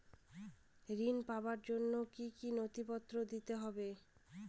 ঋণ পাবার জন্য কি কী নথিপত্র দিতে হবে?